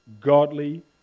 godly